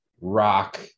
rock